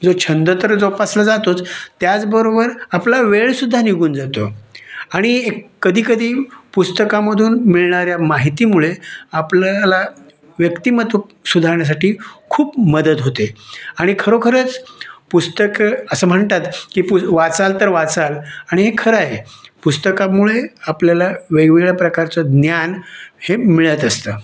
जो छंद तर जोपासला जातोच त्याचबरोबर आपला वेळसुद्धा निघून जातो आणि कधीकधी पुस्तकांमधून मिळणाऱ्या माहितीमुळे आपल्याला व्यक्तिमत्त्व सुधारण्यासाठी खूप मदत होते आणि खरोखरच पुस्तकं असं म्हणतात की वाचाल तर वाचाल आणि हे खर आहे पुस्तकामुळे आपल्याला वेगवेगळ्या प्रकारचं ज्ञान हे मिळत असतं